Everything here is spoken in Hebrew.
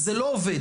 זה לא עובד.